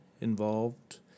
involved